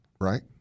right